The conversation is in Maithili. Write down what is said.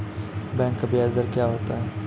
बैंक का ब्याज दर क्या होता हैं?